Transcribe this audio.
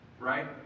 right